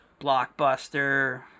Blockbuster